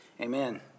amen